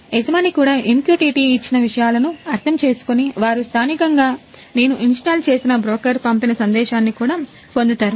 యజమాని కూడా MQTT ఇచ్చిన విషయాలను అర్థం చేసుకుని వారు స్థానికంగా నేను ఇన్స్టాల్ పంపిన సందేశాన్ని కూడా పొందుతారు